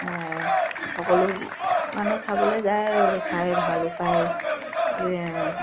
সকলো মানুহ চাবলে যায় আৰু চাই ভালো পায়